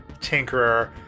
tinkerer